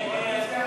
29, נגד, 36,